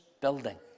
building